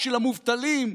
בשביל המובטלים,